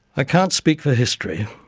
i can't speak for history,